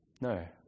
No